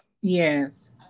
Yes